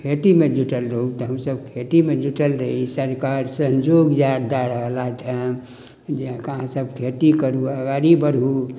खेती मे जुटल रहौ तऽ हमसब खेती मे जुटल रही सरकार संजोग जे दय रहलथि हँ जे अहाँ सब खेती करू आगारी बढू